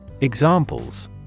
Examples